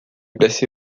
blessé